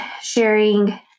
sharing